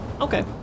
Okay